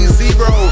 zero